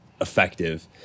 effective